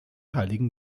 heiligen